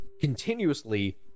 continuously